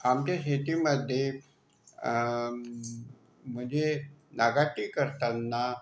आमच्या शेतीमध्ये म्हंजे नागाटी करतांना